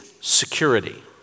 security